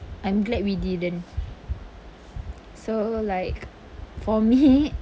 I'm glad we didn't so like for me